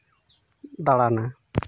ᱫᱟᱬᱟᱱᱟ